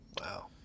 Wow